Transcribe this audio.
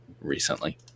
recently